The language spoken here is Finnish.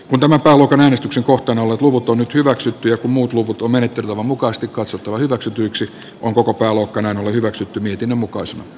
nämä talot on äänestyksen kohteena ollut luovuttu nyt hyväksyttyä muut lubutun menetelmän mukaista katsottava hyväksytyksi on koko balkan on hyväksytty miten muka as